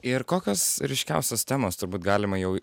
ir kokios ryškiausios temos turbūt galima jau